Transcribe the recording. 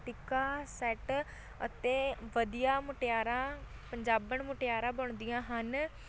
ਟਿੱਕਾ set ਅਤੇ ਵਧੀਆ ਮੁਟਿਆਰਾਂ ਪੰਜਾਬਣ ਮੁਟਿਆਰਾਂ ਬਣਦੀਆਂ ਹਨ